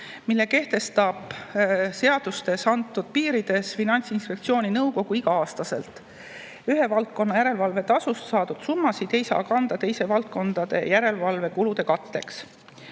mille kehtestab seadustes antud piirides Finantsinspektsiooni nõukogu igal aastal. Ühe valdkonna järelevalvetasust saadud summasid ei saa kanda teiste valdkondade järelevalvekulude katteks.